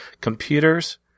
Computers